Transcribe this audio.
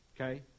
Okay